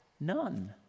None